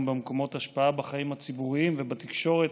במקומות השפעה בחיים הציבוריים ובתקשורת,